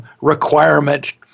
requirement